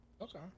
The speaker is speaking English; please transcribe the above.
Okay